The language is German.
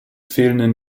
fehlenden